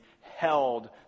held